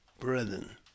Brethren